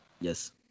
Yes